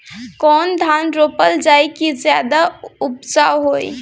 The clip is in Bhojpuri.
कौन धान रोपल जाई कि ज्यादा उपजाव होई?